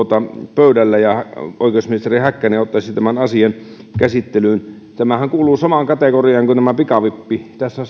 pöydällä ja oikeusministeri häkkänen ottaisi tämän asian käsittelyyn tämähän kuuluu samaan kategoriaan kuin pikavippi tässä